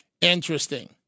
Interesting